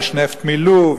יש נפט מלוב,